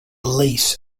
lace